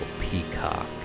Peacock